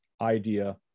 idea